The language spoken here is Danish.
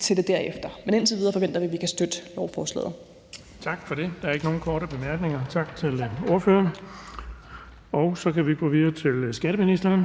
til det derefter. Men indtil videre forventer vi, at vi kan støtte lovforslaget. Kl. 18:05 Den fg. formand (Erling Bonnesen): Tak for det. Der er ikke nogen korte bemærkninger. Tak til ordføreren. Så kan vi gå videre til skatteministeren.